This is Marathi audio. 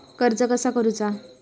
कर्ज कसा करूचा?